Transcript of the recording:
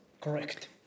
Correct